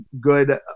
good